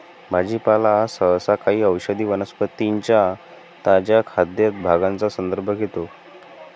भाजीपाला हा सहसा काही औषधी वनस्पतीं च्या ताज्या खाद्य भागांचा संदर्भ घेतो